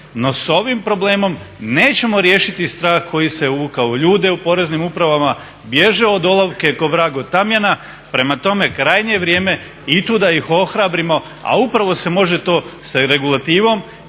No s ovim problemom nećemo riješiti strah koji se uvukao u ljude u poreznim upravama, bježe od olovke ko vrag od tamjana. Prema tome, krajnje je vrijeme i tu da ih ohrabrimo, a upravo se može to sa regulativom